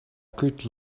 good